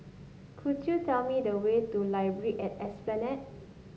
could you tell me the way to Library at Esplanade